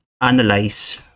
Analyze